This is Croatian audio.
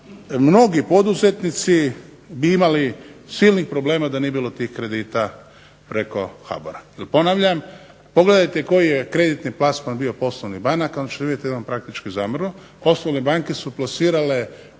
mnogi poduzetnici bi imali silnih problema da nije bilo tih problema preko HBOR-a. Jer ponavljam pogledajte koji je kreditni plasman bio preko poslovnih banaka onda ćete vidjeti da je on praktički zamro,